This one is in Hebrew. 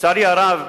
לצערי הרב,